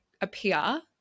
appear